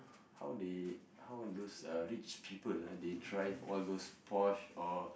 how they how those uh rich people ah drive all those Porsche or